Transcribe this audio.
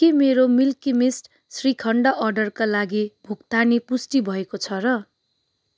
के मेरो Milky Mist shrikhand अर्डरका लागि भुक्तानी पुष्टि भएको छ र